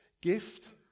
gift